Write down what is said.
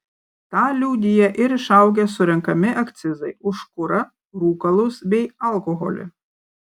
tą liudija ir išaugę surenkami akcizai už kurą rūkalus bei alkoholį